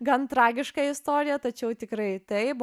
gan tragiška istorija tačiau tikrai taip